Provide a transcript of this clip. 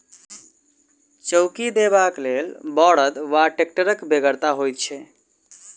चौकी देबाक लेल बड़द वा टेक्टरक बेगरता होइत छै